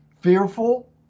fearful